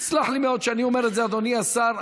תסלח לי מאוד שאני אומר את זה, אדוני השר.